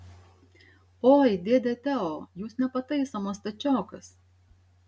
oi dėde teo jūs nepataisomas stačiokas